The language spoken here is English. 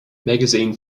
magazine